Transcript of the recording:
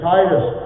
Titus